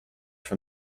from